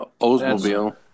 Oldsmobile